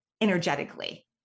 energetically